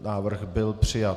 Návrh byl přijat.